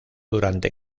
durante